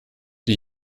die